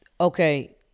okay